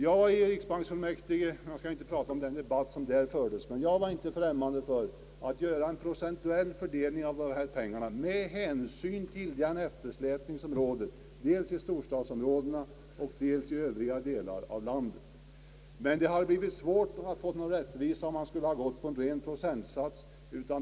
Jag skall inte närmare gå in på den debatt som fördes i riksbanksfullmäktige, men jag vill säga att jag inte var främmande för att göra en procentuell fördelning av pengarna med hänsyn till den eftersläpning som råder dels i storstadsområdena och dels i övriga delar av landet. Det hade emellertid blivit svårt att åstadkomma någon rättvisa om man skulle ha gått på en ren procentsats.